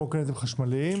קורקינטים חשמליים